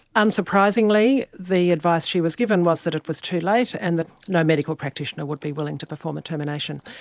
unsurprisingly, the advice she was given was that it was too late and that no medical practitioner would be willing to perform a termination.